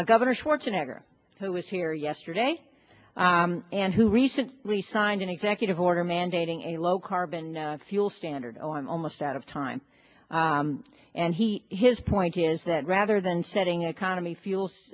here governor schwarzenegger who was here yesterday and who recently signed an executive order mandating a low carbon fuel standard on almost out of time and he his point is that rather than setting economy fuel